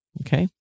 Okay